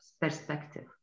perspective